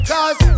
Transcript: Cause